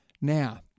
Now